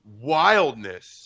wildness